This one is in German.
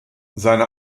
seine